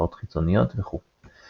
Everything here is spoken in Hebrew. השפעות חיצוניות וכו'.